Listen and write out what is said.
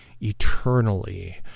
eternally